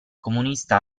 comunista